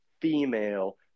female